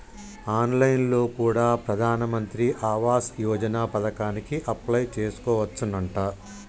on line లో కూడా ప్రధాన్ మంత్రి ఆవాస్ యోజన పథకానికి అప్లై చేసుకోవచ్చునంట